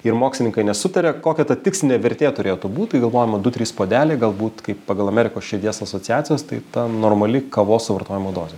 ir mokslininkai nesutaria kokia ta tikslinė vertė turėtų būt tai galvojama du trys puodeliai galbūt kai pagal amerikos širdies asociacijos tai ta normali kavos suvartojimo dozė